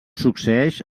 succeeix